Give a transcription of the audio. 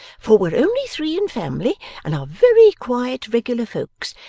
for we're only three in family, and are very quiet regular folks,